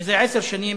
זה עשר שנים